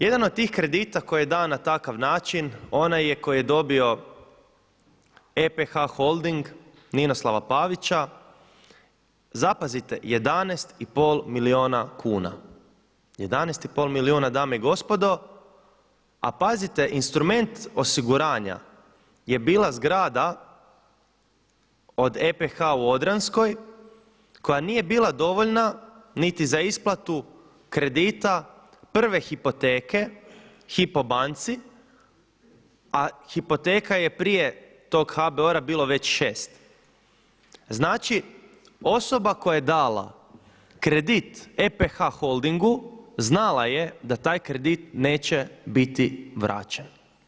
Jedan od tih kredita koji je dan na takav način onaj je koji je dobio EPH Holding Ninoslava Pavića, zapazite, 11,5 milijuna kuna, 11,5 milijuna dame i gospodo a pazite, instrument osiguranja je bila zgrada od EPH u Odranskoj koja nije bila dovoljna niti za isplatu kredita prve hipoteke HYPO banci a hipoteka je prije tog HBOR-a bilo već 6. Znači osoba koja je dala kredit EPH Holdingu znala je da taj kredit neće biti vraćen.